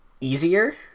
easier